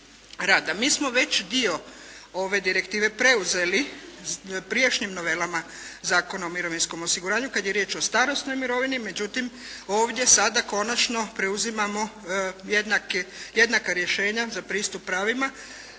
Mi smo već dio ove direktive preuzeli prijašnjim novelama Zakona o mirovinskom osiguranju kada je riječ o starosnoj mirovini. Međutim, ovdje sada konačno preuzimamo jednaka rješenja za pristup pravima